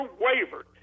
wavered